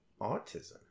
autism